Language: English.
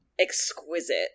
exquisite